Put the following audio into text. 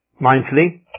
Mindfully